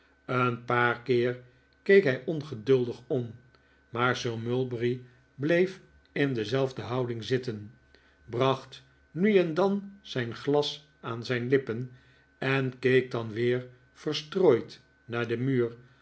een paar keer keek hij ongeduldig om maar sir mulberry bleef in dezelfde houding zitten bracht nu en dan zijn glas aan zijn lippen en keek dan weer verstrooid naar den muur